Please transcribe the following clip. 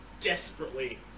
desperately